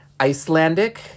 Icelandic